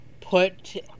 put